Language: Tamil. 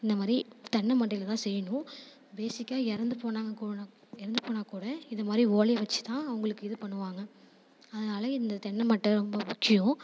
இந்த மாதிரி தென்னை மட்டையில் தான் செய்யணும் பேஸிக்கா இறந்து போனாங்க கூட இறந்து போனால் கூட இது மாதிரி ஓலை வச்சு தான் அவங்களுக்கு இது பண்ணுவாங்க அதனால இந்த தென்னை மட்டை ரொம்ப முக்கியம்